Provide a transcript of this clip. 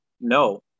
No